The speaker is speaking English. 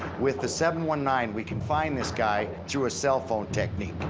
with the seven one nine we can find this guy through a cell phone technique.